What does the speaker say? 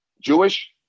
Jewish